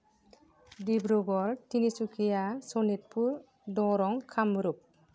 Dibrugarh Tinsukia Sonitpur Darrang Kamrup